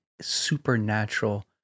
supernatural